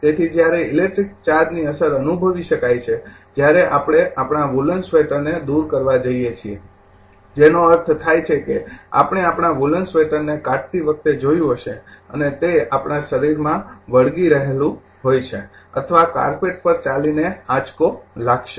તેથી જ્યારે ઇલેક્ટ્રિક ચાર્જની અસર અનુભવી શકાય છે જ્યારે આપણે આપણા વુલન સ્વેટરને દૂર કરવા જઈએ છીએ જેનો અર્થ થાય છે કે આપણે આપણા વુલન સ્વેટરને કાઢતી વખતે જોયું હશે અને તે આપણા શરીરમાં વળગી રહેલું હોય છે અથવા કાર્પેટ પર ચાલીને આંચકો લાગશે